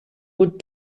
would